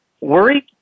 Worried